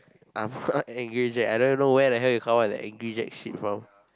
I'm not angry Jack I don't even know where the hell you come up with the angry Jack shit from